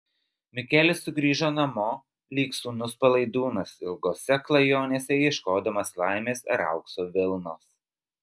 mikelis sugrįžo namo lyg sūnus palaidūnas ilgose klajonėse ieškodamas laimės ar aukso vilnos